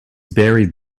buried